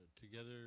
together